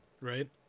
right